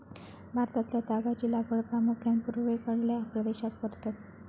भारतातल्या तागाची लागवड प्रामुख्यान पूर्वेकडल्या प्रदेशात करतत